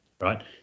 right